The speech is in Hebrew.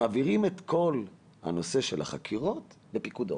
מעבירים את כל הנושא של החקירות לפיקוד העורף.